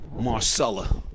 Marcella